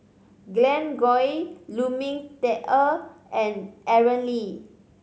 Glen Goei Lu Ming Teh Earl and Aaron Lee